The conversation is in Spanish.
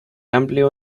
amplio